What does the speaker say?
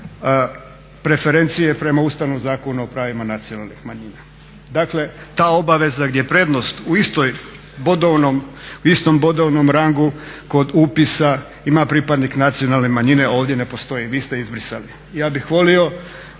preferencije prema Ustavnom zakonu o pravima nacionalnih manjina. Dakle, ta obaveza gdje prednost u istom bodovnom rangu kod upisa ima pripadnik nacionalne manjine, ovdje ne postoji, vi ste je izbrisali. Ja bih volio